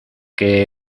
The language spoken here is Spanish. que